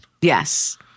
Yes